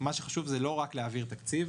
שחשוב זה לא רק להעביר תקציב,